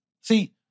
See